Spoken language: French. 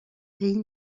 pays